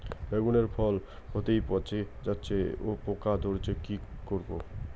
বেগুনের ফল হতেই পচে যাচ্ছে ও পোকা ধরছে কি ব্যবহার করব?